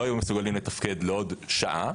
לא היו מסוגלים לתפקד עוד שעה.